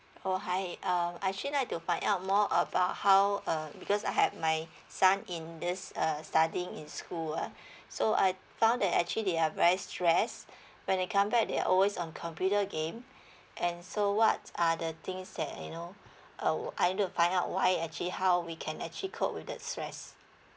oh hi um I actually like to find out more about how um because I have my son in this uh studying in school ah so I found that actually they are very stress when they come back they're always on computer game and so what are the things that you know uh would like to find out why actually how we can actually cope with the stress